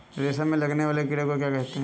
रेशम में लगने वाले कीड़े को क्या कहते हैं?